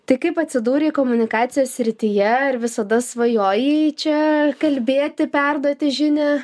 tai kaip atsidūrei komunikacijos srityje ar visada svajojai čia kalbėti perduoti žinią